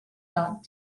dot